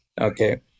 Okay